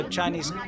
Chinese